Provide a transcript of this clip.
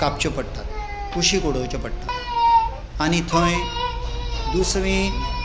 कापच्यो पडटात कुशीक उडोवच्यो पडटात आनी थंय दुसरें